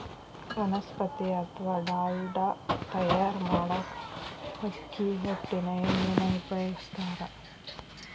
ವನಸ್ಪತಿ ಅತ್ವಾ ಡಾಲ್ಡಾ ತಯಾರ್ ಮಾಡಾಕ ಅಕ್ಕಿ ಹೊಟ್ಟಿನ ಎಣ್ಣಿನ ಉಪಯೋಗಸ್ತಾರ